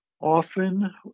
often